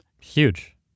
Huge